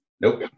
Nope